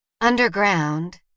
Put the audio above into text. Underground